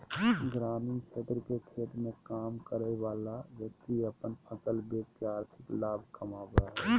ग्रामीण क्षेत्र के खेत मे काम करय वला व्यक्ति अपन फसल बेच के आर्थिक लाभ कमाबय हय